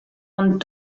ond